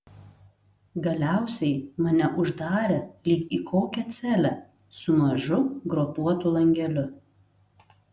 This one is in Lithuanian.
galiausiai mane uždarė lyg į kokią celę su mažu grotuotu langeliu